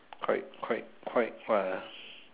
quite quite quite ya